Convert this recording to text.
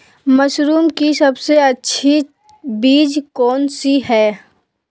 Mushroom की सबसे अच्छी बीज कौन सी है?